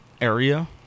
area